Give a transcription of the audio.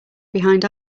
behind